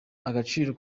agaciro